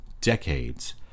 decades